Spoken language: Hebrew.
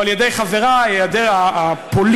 או על-ידי חברי הפוליטיקאים,